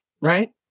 right